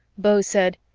beau said,